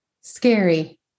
scary